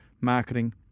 marketing